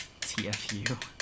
TFU